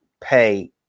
pay